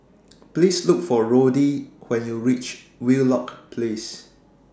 Please Look For Roddy when YOU REACH Wheelock Place